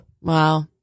Wow